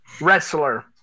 Wrestler